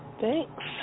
Thanks